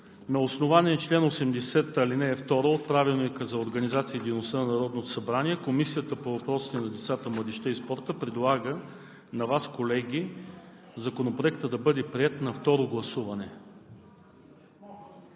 на основание чл. 80, ал. 2 от Правилника за организацията и дейността на Народното събрание Комисията по въпросите на децата, младежта и спорта предлага на Вас, колеги, Законопроектът да бъде приет на второ гласуване.